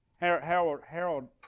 Harold